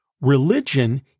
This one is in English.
Religion